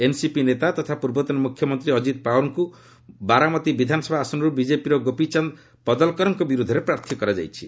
NCP ନେତା ତଥା ପୂର୍ବତନ ମୁଖ୍ୟମନ୍ତ୍ରୀ ଅଜିତ୍ ପାୱାର୍ଙ୍କୁ ବାରାମତୀ ବିଧାନସଭା ଆସନରୁ ବିକେପିର ଗୋପୀ ଚାନ୍ଦ୍ ପଦଲ୍କରଙ୍କ ବିରୋଧରେ ପ୍ରାର୍ଥୀ କରାଯାଇଛି